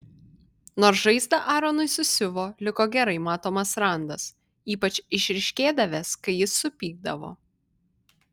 nors žaizdą aronui susiuvo liko gerai matomas randas ypač išryškėdavęs kai jis supykdavo